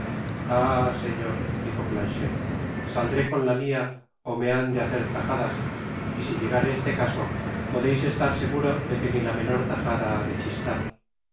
ah señor dijo planchet satdré con la mia ó me han de hacer tajadas y si llegare este caso podeis estar seguro de que ni la menor tajada ha de chistar